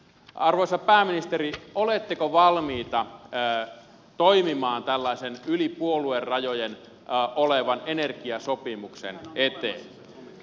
arvoisa pääministeri oletteko valmiita toimimaan tällaisen yli puoluerajojen olevan energiasopimuksen eteen